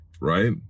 Right